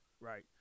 Right